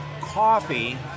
coffee